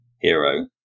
hero